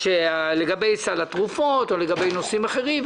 לגבי סל התרופות ולגבי נושאים אחרים: